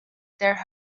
der